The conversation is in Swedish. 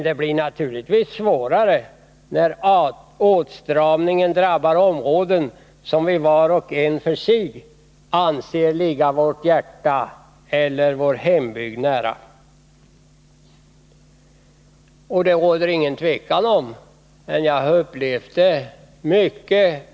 Det blir naturligtvis svårare när åtstramningen drabbar områden som vi var och en för sig anser ligga vårt hjärta eller vår hembygd nära. Det råder ingen tvekan därom.